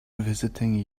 visiting